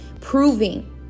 proving